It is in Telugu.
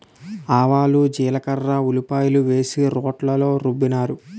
ఆవాలు జీలకర్ర ఉల్లిపాయలు వేసి రోట్లో రుబ్బినారు